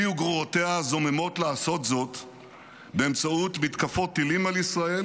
היא וגרורותיה זוממות לעשות זאת באמצעות מתקפות טילים על ישראל